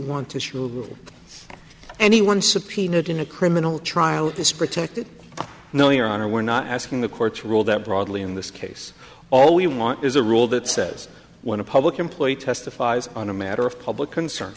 shoot anyone subpoenaed in a criminal trial at this protected no your honor we're not asking the courts ruled that broadly in this case all we want is a rule that says when a public employee testifies on a matter of public concern